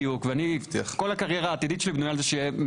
כל הקריירה העתידית שלי בנויה על זה שתהיה